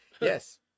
Yes